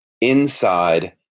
Inside